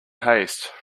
haste